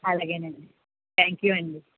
అలాగేనండి థ్యాంక్యూ అండి